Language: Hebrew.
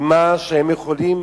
עם מה שהם יכולים,